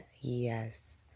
yes